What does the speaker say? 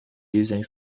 using